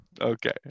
Okay